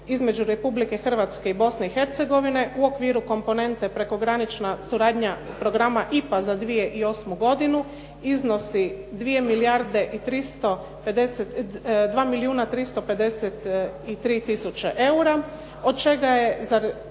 između Republike Hrvatske i Bosne i Hercegovine u okviru komponente prekogranična suradnja programa IPA za 2008. godinu iznosi 2 milijuna 353 tisuće eura, od čega je